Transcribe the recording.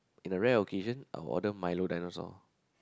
in a rare occasion I will order milo dinosaur